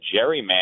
gerrymander